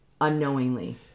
unknowingly